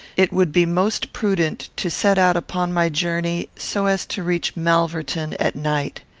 it would be most prudent to set out upon my journey so as to reach malverton at night.